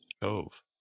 cove